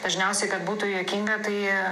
dažniausiai kad būtų juokinga tai